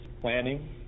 planning